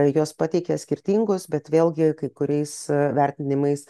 juos pateikia skirtingus bet vėlgi kai kuriais vertinimais